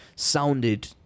Sounded